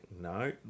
no